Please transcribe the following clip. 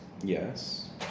Yes